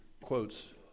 quotes